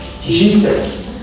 Jesus